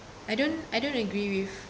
I don't I don't agree with